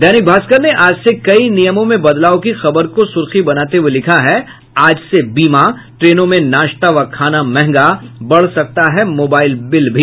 दैनिक भास्कर ने आज से कई नियमों में बदलाव की खबर को सुर्खी बनाते हुये लिखा है आज से बीमा ट्रेनों में नाश्ता व खाना महंगा बढ़ सकता है मोबाइल बिल भी